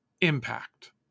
impact